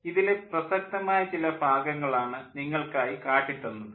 ഇതിലെ പ്രസക്തമായ ചില ഭാഗങ്ങളാണ് നിങ്ങൾക്കായി കാട്ടിത്തന്നത്